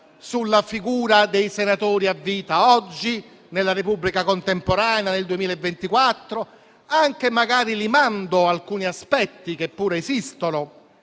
sulla figura dei senatori a vita oggi nella Repubblica contemporanea, nel 2024, magari anche limando alcuni aspetti che pure esistono.